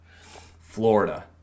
Florida